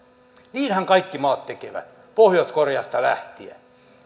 niinhän kaikki maat tekevät pohjois koreasta lähtien